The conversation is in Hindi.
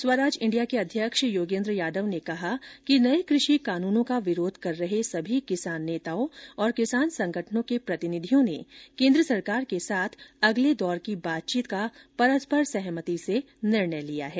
स्वराज इंडिया के अध्यक्ष योगेन्द्र यादव ने कहा कि नए कृषि कानूनों का विरोध कर रहे सभी किसान नेताओं और किसान संगठनों के प्रतिनिधियों ने केन्द्र सरकार के साथ अगले दौर की बातचीत का परस्पर सहमति से निर्णय लिया है